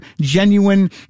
genuine